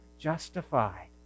justified